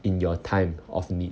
in your time of need